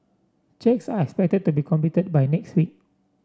checks are expected to be completed by next week